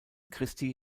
christi